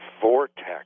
vortex